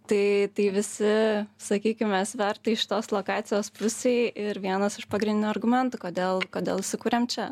tai tai visi sakykime svertai šitos lokacijos pusėj ir vienas iš pagrindinių argumentų kodėl kodėl įsikūrėm čia